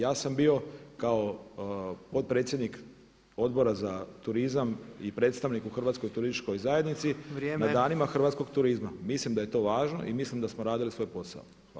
Ja sam bio kao potpredsjednik Odbora za turizam i predstavnik u Hrvatskoj turističkoj zajednici na Danima hrvatskog turizma, mislim da je to važno i mislim da smo radili svoj posao.